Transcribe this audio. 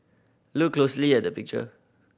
look closely at the picture